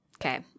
Okay